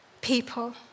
People